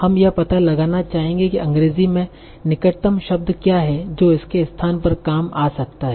हम यह पता लगाना चाहेंगे कि अंग्रेजी में निकटतम शब्द क्या हैं जो इसके स्थान पर काम आ सकता है